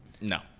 no